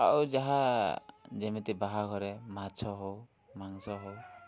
ଆଉ ଯାହା ଯେମିତି ବାହାଘରେ ମାଛ ହଉ ମାଂସ ହଉ